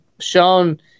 shown